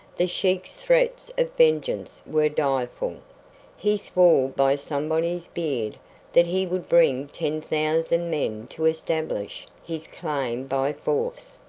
the sheik's threats of vengeance were direful. he swore by somebody's beard that he would bring ten thousand men to establish his claim by force.